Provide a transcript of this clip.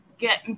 Get